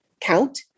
count